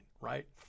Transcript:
right